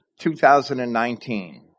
2019